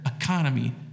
economy